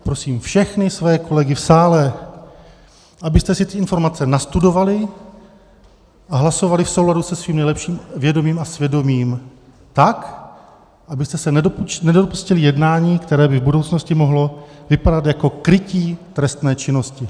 Prosím všechny své kolegy v sále, abyste si ty informace nastudovali a hlasovali v souladu se svým lepším vědomím a svědomím tak, abyste se nedopustili jednání, které by v budoucnosti mohlo vypadat jako krytí trestné činnosti.